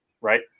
right